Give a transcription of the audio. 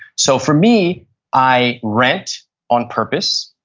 so for me i rent on purpose.